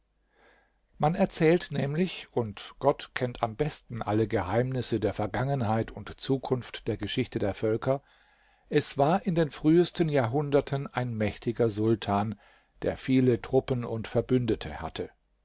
man erzählt nämlich und gott kennt am besten alle geheimnisse der vergangenheit und zukunft der geschichte der völker es war in den frühesten jahrhunderten ein mächtiger sultan der viele truppen und verbündete hatte